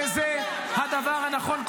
וזה הדבר הנכון,